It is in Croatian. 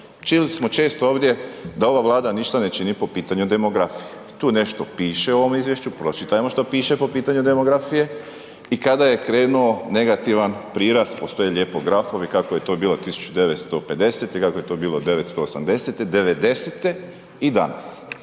Čuli smo često ovdje da ova Vlada ništa ne čini po pitanju demografije, tu nešto piše u ovom izvješću, pročitajmo šta piše po pitanju demografije i kada je krenuo negativan prirast, postoje lijepo grafovi kak je to bilo 1950. i kako je to bilo 1980., 90-te i danas,